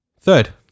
Third